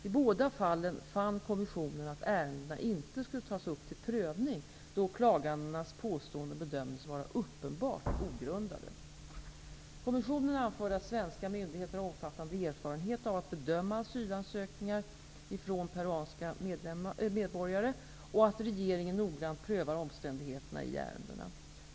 I båda fallen fann kommissionen att ärendena inte skulle tas upp till prövning, då klagandenas påståenden bedömdes vara uppenbart ogrundade. Kommissionen anförde att svenska myndigheter har omfattande erfarenhet av att bedöma asylansökningar från peruanska medborgare och att regeringen noggrant prövar omständigheterna i ärendena.